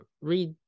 read